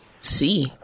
See